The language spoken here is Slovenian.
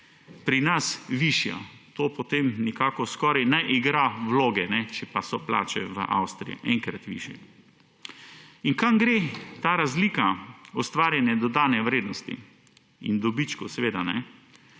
pri nas višja, to potem nekako skoraj ne igra vloge, če pa so plače v Avstriji enkrat višje. In kam gre ta razlika ustvarjanje dodane vrednosti in dobičkov? Seveda bi